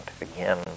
again